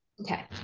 Okay